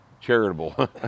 charitable